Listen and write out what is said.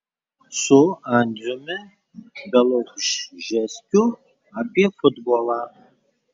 su andriumi bialobžeskiu apie futbolą